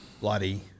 bloody